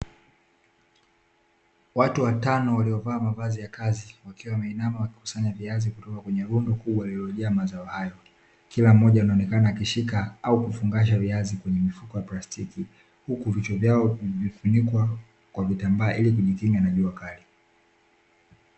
Watu watano waliovaa mavazi ya kazi, wakiwa wameinama wakikusanya viazi kutoka kwenye lundo kubwa lililojaa mazao hayo, kila mmoja anaonekana akishika au kufungasha viazi kwenye mifuko ya plastiki, huku vichwa vyao vimefunikwa kwa vitambaa ili kujikinga na jua kali.